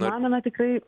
manome tikrai